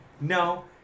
No